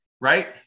Right